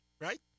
right